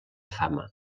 fama